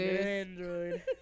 Android